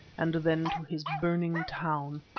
and then to his burning town.